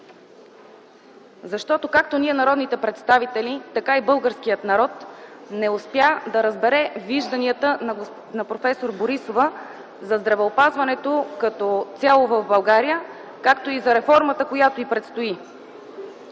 защото както ние – народните представители, така и българският народ не успя да разбере вижданията на проф. Борисова за здравеопазването като цяло в България, както и за реформата, която й предстои.